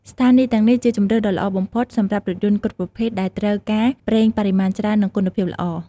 ស្ថានីយ៍ទាំងនេះជាជម្រើសដ៏ល្អបំផុតសម្រាប់រថយន្តគ្រប់ប្រភេទដែលត្រូវការប្រេងបរិមាណច្រើននិងគុណភាពល្អ។